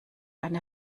eine